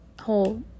whole